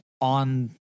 on